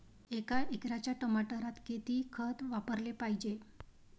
एका एकराच्या टमाटरात किती खत वापराले पायजे?